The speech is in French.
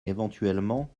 éventuellement